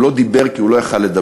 הוא לא דיבר כי הוא לא היה יכול לדבר.